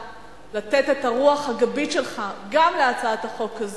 לתת את הרוח הגבית שלך גם להצעת החוק הזאת,